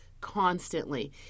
constantly